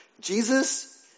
Jesus